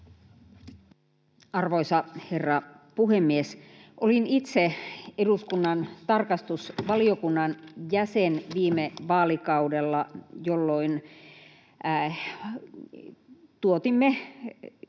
Arvoisa herra puhemies! Olin itse eduskunnan tarkastusvaliokunnan jäsen viime vaalikaudella, jolloin tuotimme